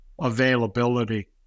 availability